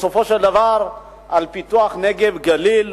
בסופו של דבר על פיתוח הנגב והגליל,